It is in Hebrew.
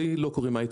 לי לא קוראים היי-טק,